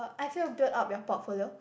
uh I feel built up your portfolio